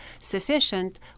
sufficient